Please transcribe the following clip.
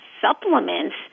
supplements